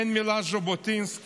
אין מילה על ז'בוטינסקי,